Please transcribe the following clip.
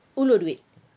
hulur duit